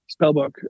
spellbook